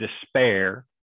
despair